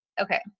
Okay